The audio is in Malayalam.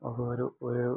ഒക്കെ ഒരു